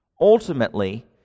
Ultimately